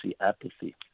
apathy